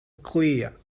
clear